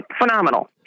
phenomenal